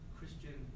Christian